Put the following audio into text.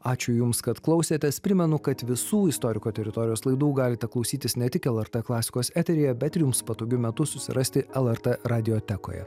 ačiū jums kad klausėtės primenu kad visų istoriko teritorijos laidų galite klausytis ne tik lrt klasikos eteryje bet ir jums patogiu metu susirasti lrt radiotekoje